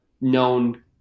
known